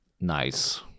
Nice